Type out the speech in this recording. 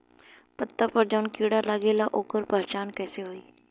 पत्ता पर जौन कीड़ा लागेला ओकर पहचान कैसे होई?